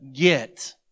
get